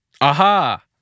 Aha